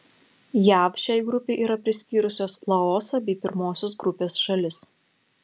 jav šiai grupei yra priskyrusios laosą bei pirmosios grupės šalis